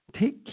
take